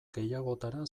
gehiagotara